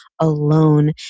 alone